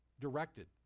directed